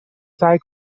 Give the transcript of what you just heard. سعی